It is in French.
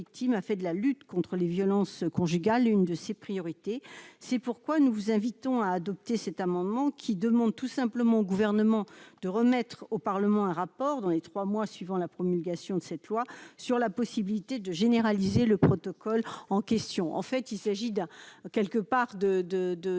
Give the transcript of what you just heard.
a fait de la lutte contre les violences conjugales, une de ses priorités, c'est pourquoi nous vous invitons à adopter cet amendement qui demande tout simplement au gouvernement de remettre au Parlement un rapport dans les 3 mois suivant la promulgation de cette loi sur la possibilité de généraliser le protocole en question, en fait, il s'agit d'un quelque part de,